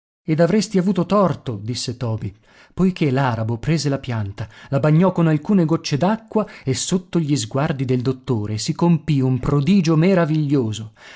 ed avresti avuto torto disse toby poiché l'arabo prese la pianta la bagnò con alcune gocce d'acqua e sotto gli sguardi del dottore si compì un prodigio meraviglioso